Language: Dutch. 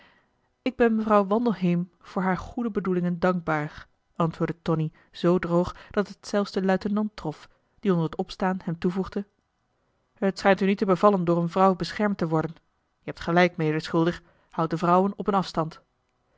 ik ben mevrouw wandelheem voor haar goede bedoelingen dankbaar antwoordde tonie zoo droog dat het zelfs den luitenant trof die onder het opstaan hem toevoegde het schijnt u niet te bevallen door een vrouw beschermd te worden je hebt gelijk mijnheer de schilder houd de vrouwen op een afstand